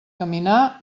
caminar